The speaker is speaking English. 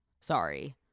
Sorry